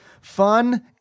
fun